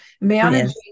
managing